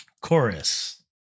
Chorus